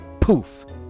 poof